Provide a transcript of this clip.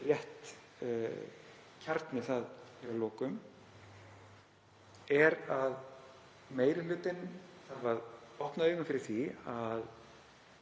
rétt kjarni það að lokum, er að meiri hlutinn þarf að opna augun fyrir því að